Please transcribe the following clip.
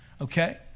Okay